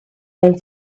and